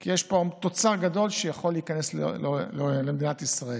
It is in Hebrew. כי יש פה תוצר גדול שיכול להיכנס למדינת ישראל.